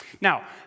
Now